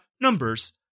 numbers